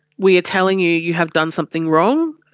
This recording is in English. we are telling you, you have done something wrong.